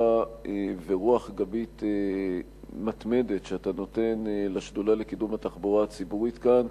ורוח גבית מתמדת שאתה נותן לשדולה לקידום התחבורה הציבורית כאן,